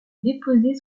déposé